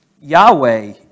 Yahweh